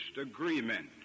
agreement